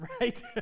right